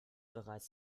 bereits